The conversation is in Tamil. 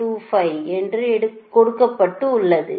025 என்று கொடுக்கப்பட்டுள்ளது